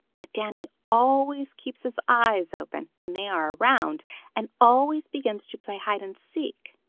but danny always keeps his eyes open when they are around and always begins to play hide and seek.